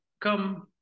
come